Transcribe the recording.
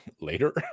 later